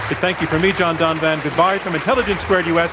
thank you from me, john donvan. goodbye from intelligence squared u. s.